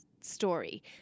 story